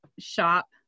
shop